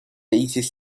一些